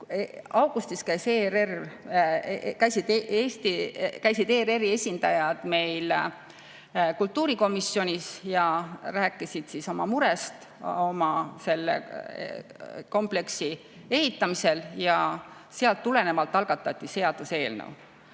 Augustis käisid ERR-i esindajad meil kultuurikomisjonis ja rääkisid murest oma kompleksi ehitamisel. Sellest tulenevalt algatati seaduseelnõu.